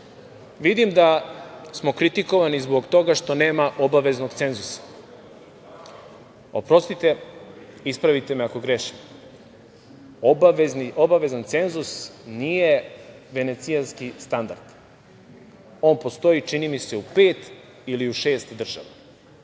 Vidim da smo kritikovani zbog toga što nema obaveznog cenzusa. Oprostite, ispravite me ako grešim, obavezan cenzus nije Venecijanski standard. On postoji, čini mi se, u pet ili u šest država